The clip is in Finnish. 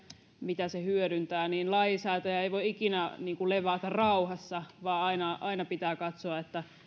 joita se hyödyntää niin lainsäätäjä ei voi ikinä levätä rauhassa vaan aina aina pitää katsoa